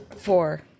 four